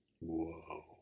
Whoa